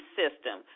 system